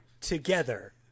together